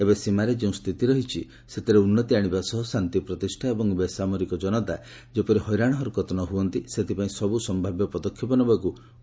ଏବେ ସୀମାରେ ଯେଉଁ ସ୍ଥିତି ରହିଛି ସେଥିରେ ଉନ୍ନତି ଆଣିବା ସହ ଶାନ୍ତିପ୍ରତିଷ୍ଠା ଏବଂ ବେସାମରିକ ଜନତା ଯେପରି ହଇରାଣ ହରକତ ନ ହୁଅନ୍ତି ସେଥିପାଇଁ ସବୁ ସମ୍ଭାବ୍ୟ ପଦକ୍ଷେପ ନେବାକୁ ଉଭୟ ପକ୍ଷ ରାଜି ହୋଇଛନ୍ତି